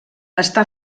està